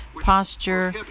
posture